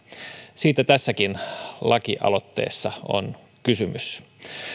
siitä tässäkin lakialoitteessa on kysymys